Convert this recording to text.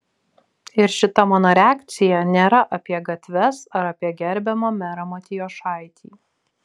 ir šita mano reakcija nėra apie gatves ar apie gerbiamą merą matijošaitį